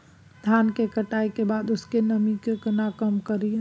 धान की कटाई के बाद उसके नमी के केना कम करियै?